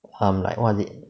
um like what is it